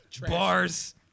bars